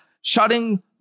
shutting